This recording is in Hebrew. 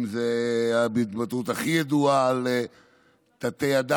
אם זאת ההתבטאות הכי ידועה על תתי-אדם,